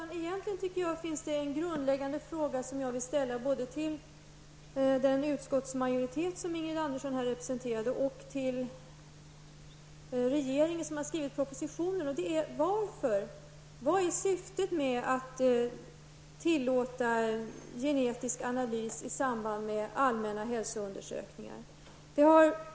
Herr talman! Det finns en grundläggande fråga som jag vill ställa både till den utskottsmajoritet som Ingrid Andersson representerar och till regeringen som har skrivit propositionen. Vad är syftet med att tillåta genetisk analys i samband med allmänna hälsoundersökningar?